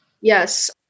Yes